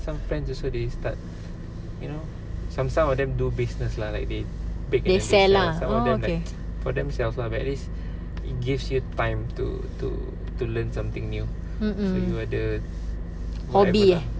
some friends also they start you know some some of them do business lah like they bake and then sell some of them for themselves lah but at least it gives you time to to to learn something new you so you ada whatever lah